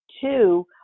Two